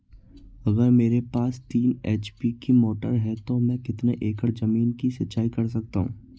अगर मेरे पास तीन एच.पी की मोटर है तो मैं कितने एकड़ ज़मीन की सिंचाई कर सकता हूँ?